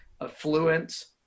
affluent